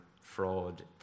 fraud